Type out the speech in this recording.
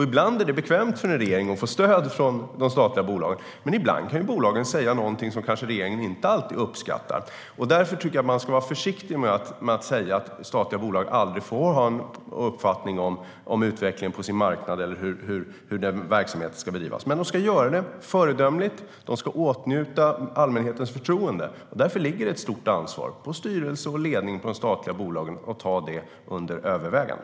Ibland är det bekvämt för en regering att få stöd från de statliga bolagen, men ibland kan bolagen säga någonting regeringen kanske inte uppskattar. Därför tycker jag att man ska vara försiktig med att säga att statliga bolag aldrig får ha en uppfattning om utvecklingen på sin marknad eller hur verksamheten ska bedrivas. De ska dock göra det föredömligt, och de ska åtnjuta allmänhetens förtroende. Därför ligger det ett stort ansvar på styrelse och ledning för de statliga bolagen att ta det under övervägande.